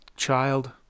Child